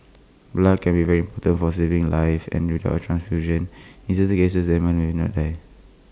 blood can be very important for saving lives and without transfusion in certain cases the animal will not date